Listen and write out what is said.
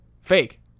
Fake